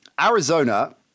Arizona